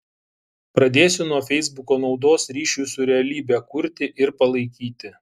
pradėsiu nuo feisbuko naudos ryšiui su realybe kurti ir palaikyti